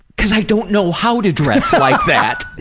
because i don't know how to dress like that.